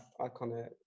Iconic